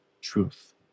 truth